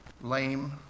lame